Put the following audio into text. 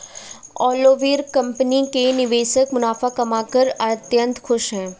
Oliver company के निवेशक मुनाफा कमाकर अत्यंत खुश हैं